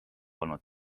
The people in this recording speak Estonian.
olnud